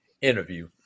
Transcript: interview